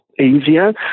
easier